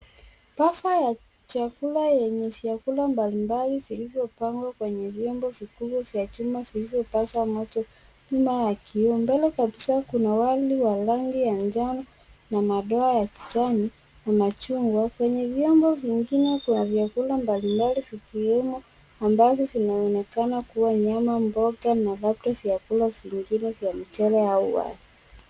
Bafaa ya chakula yenye vyakula mbalimbali vilivyopangwa kwenye vyombo vikubwa vya chuma vilvyo paza moto nyuma ya kioo, mbele kabisaa wali wa rangi ya njano na madoa ya kijani na machungwa. Kwenye vyombo vingine kuna vyakula mbalimbali vikiwemo ambavyo vinaonekana kuwa nyama, mboga na labda vyakula vingine vya mchele au wali.